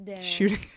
shooting